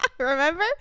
remember